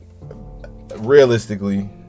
realistically